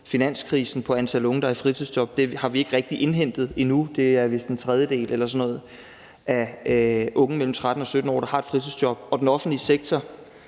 finanskrisen, i antallet af unge, der er i fritidsjob, har vi endnu ikke rigtig indhentet. Det er vist en tredjedel eller sådan noget af unge mellem 13 og 17 år, der har et fritidsjob, og den offentlige sektor